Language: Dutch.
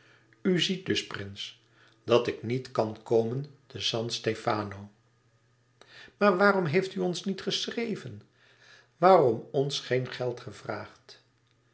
ziet dus prins dat ik niet kan komen te san stefano maar waarom heeft u ons niet geschreven waarom ons geen geld gevraagd